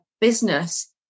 business